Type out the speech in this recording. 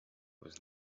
was